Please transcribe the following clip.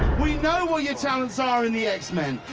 we know what your talents are in the x men,